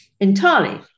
entirely